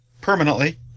permanently